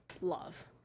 love